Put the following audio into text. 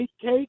cake